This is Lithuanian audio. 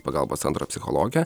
pagalbos centro psichologė